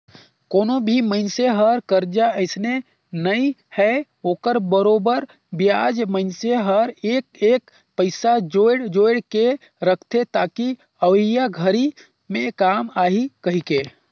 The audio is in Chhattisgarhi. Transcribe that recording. कोनो भी मइनसे हर करजा अइसने नइ हे ओखर बरोबर बियाज मइनसे हर एक एक पइसा जोयड़ जोयड़ के रखथे ताकि अवइया घरी मे काम आही कहीके